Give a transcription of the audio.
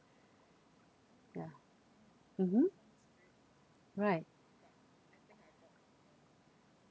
yeah mmhmm right